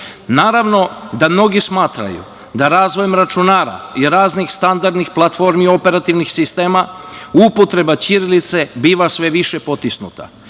pripada. Naravno da mnogi smatraju da razvojem računara i raznih standardnih platformi operativnih sistema, upotreba ćirilice biva sve više potisnuta,